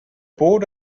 board